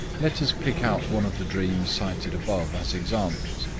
let us pick out one of the dreams cited above as examples,